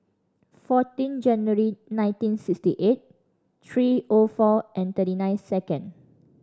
fourteen January nineteen sixty eight three O four and thirty nine second